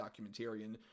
documentarian